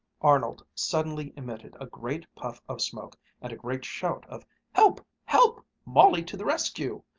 arnold suddenly emitted a great puff of smoke and a great shout of help! help! molly to the rescue!